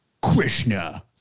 Krishna